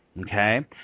Okay